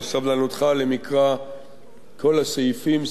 על סבלנותך למקרא כל הסעיפים,